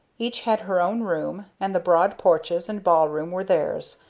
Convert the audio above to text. each had her own room, and the broad porches and ball room were theirs,